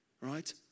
right